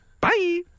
Bye